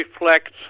reflects